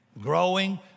growing